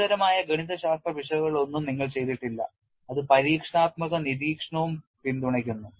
ഗുരുതരമായ ഗണിതശാസ്ത്ര പിശകുകളൊന്നും നിങ്ങൾ ചെയ്തിട്ടില്ല അത് പരീക്ഷണാത്മക നിരീക്ഷണവും പിന്തുണയ്ക്കുന്നു